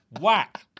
whack